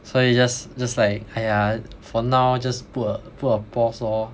所以 just just like !aiya! for now just put a put a pause lor